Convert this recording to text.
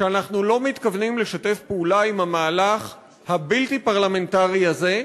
שאנחנו לא מתכוונים לשתף פעולה עם המהלך הבלתי-פרלמנטרי הזה,